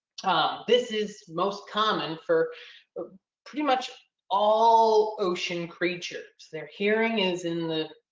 ah this is most common for pretty much all ocean creatures. their hearing is in the,